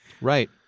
right